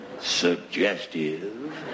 suggestive